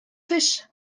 fish